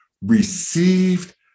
received